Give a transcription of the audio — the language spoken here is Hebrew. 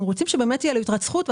אנחנו רוצים שבאמת תהיה לו יתרת זכות.